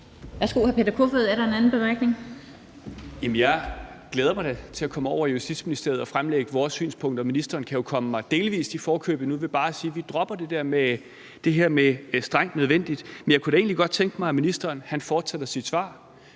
jeg glæder mig da til at komme over i Justitsministeriet og fremlægge vores synspunkter. Ministeren kan jo komme mig delvis i forkøbet nu ved bare at sige: Vi dropper det her med strengt nødvendigt. Men jeg kunne da egentlig godt tænke mig, at ministeren fortsætter sit svar